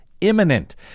imminent